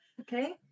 okay